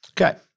Okay